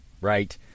Right